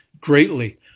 greatly